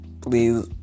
Please